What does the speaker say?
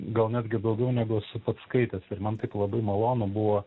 gal netgi daugiau negu esu pats skaitęs ir man taip labai malonu buvo